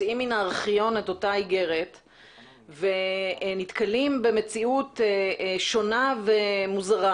מוציאים מן הארכיון את אותה איגרת ונתקלים במציאות שונה ומוזרה,